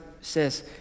says